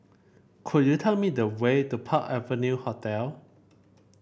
could you tell me the way to Park Avenue Hotel